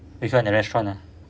which one the restaurant ah